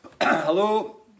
Hello